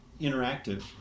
interactive